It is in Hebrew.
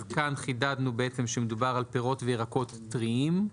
אז כאן חידדנו שמדובר על פירות וירקות טריים.